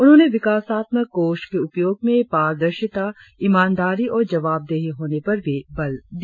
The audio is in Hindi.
उन्होंने विकासात्मक कोष के उपयोग में पारदर्शिता ईमानदारी और जवावदेही होने पर भी बल दिया